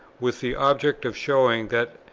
with the object of showing that,